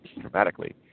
dramatically